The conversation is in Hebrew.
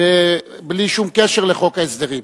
ובלי שום קשר לחוק ההסדרים.